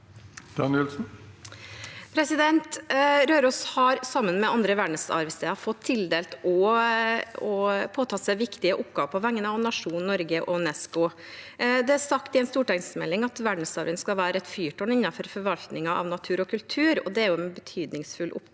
Røros har, sammen med andre verdensarvsteder, fått tildelt å påta seg viktige oppgaver på vegne av nasjonen Norge og UNESCO. Det er sagt i en stortingsmelding at verdensarven skal være et fyrtårn innenfor forvaltningen av natur og kultur, og det er en betydningsfull oppgave.